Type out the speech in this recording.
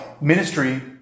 ministry